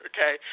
Okay